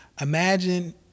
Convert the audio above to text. Imagine